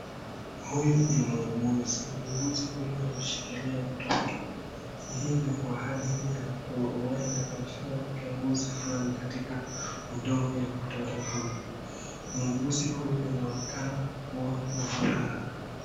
Huyu ni muuguzi, muuguzi huyu ameshikilia mtoto, hii ni kwa ajili ya huenda anafanya uchunguzi fulani katika mdomo ya mtoto huyu. Muuguzi huyu anaonekana kuwa na furaha.